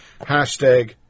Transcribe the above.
Hashtag